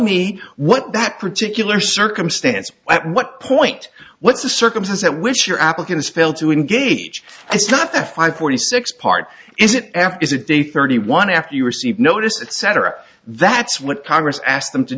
me what that particular circumstance at what point what's the circumstance at which your applicants fail to engage it's not a five forty six part is it after is a day thirty one after you receive noticed etc that's what congress asked them to